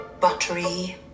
buttery